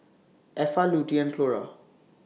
Effa Lutie and Clora